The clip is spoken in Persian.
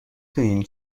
دونین